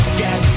get